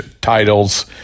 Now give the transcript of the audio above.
titles